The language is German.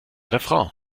refrain